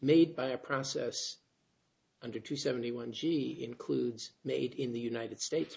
made by a process under two seventy one g includes made in the united states